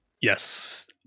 Yes